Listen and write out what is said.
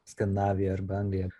skandinavija arba anglija